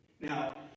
Now